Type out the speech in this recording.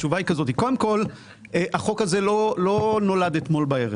קודם כל החוק הזה לא נולד אתמול בערב,